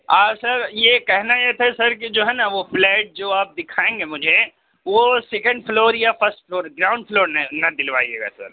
اور سر یہ کہنا یہ تھا کہ سر کی جو ہے نا وہ فلیٹ جو آپ دکھائیں گے مجھے وہ سیکنڈ فلور یا فرسٹ فلور گراونڈ فلور نہ نا دلوائیے گا سر